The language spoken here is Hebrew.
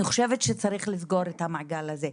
שצריך לסגור את המעגל הזה.